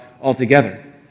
altogether